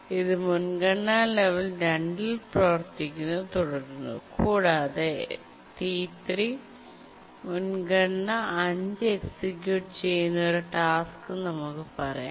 ഇത് മുൻഗണന ലെവൽ 2 ൽ പ്രവർത്തിക്കുന്നത് തുടരുന്നു കൂടാതെ T3 മുൻഗണന 5 എക്സിക്യൂട്ട് ചെയ്യുന്ന ഒരു ടാസ്ക് നമുക്ക് പറയാം